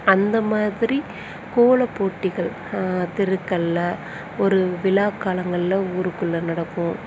அந்த மாதிரி கோலப்போட்டிகள் தெருக்கள்ல ஒரு விழாக்காலங்கள்ல ஊருக்குள்ள நடக்கும்